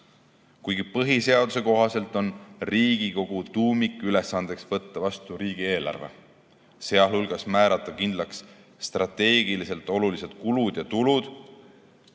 Kuigi põhiseaduse kohaselt on Riigikogu tuumikülesandeks võtta vastu riigieelarve, sh määrata kindlaks strateegiliselt olulised kulud ja tulud,